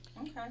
Okay